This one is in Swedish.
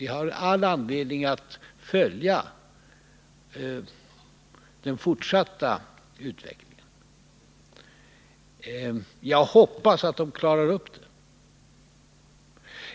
Vi har all anledning att följa den fortsatta utvecklingen. Jag hoppas att man klarar upp den.